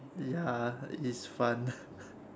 ya is fun